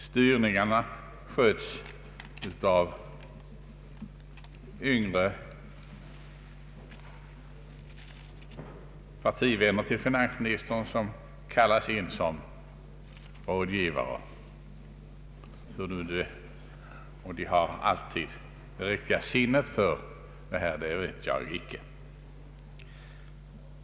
Styrningarna sköts av yngre partivänner till finansministern, vilka kallas in som rådgivare. Huruvida de alltid har det rätta sinnet för uppgifterna vet jag icke.